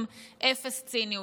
עם אפס ציניות.